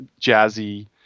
jazzy